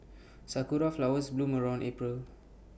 Sakura Flowers bloom around April